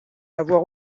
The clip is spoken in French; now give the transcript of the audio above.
avoir